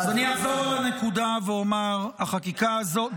אז אחזור לנקודה ואומר: החקיקה הזו,